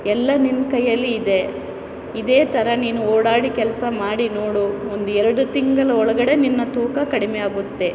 ಎಲ್ಲ ನಿನ್ನ ಕೈಯ್ಯಲ್ಲಿ ಇದೆ ಇದೇ ಥರ ನೀನು ಓಡಾಡಿ ಕೆಲಸ ಮಾಡಿ ನೋಡು ಒಂದು ಎರಡು ತಿಂಗಳು ಒಳಗಡೆ ನಿನ್ನ ತೂಕ ಕಡಿಮೆ ಆಗುತ್ತೆ